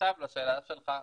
עכשיו לשאלה שלך,